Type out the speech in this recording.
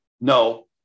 No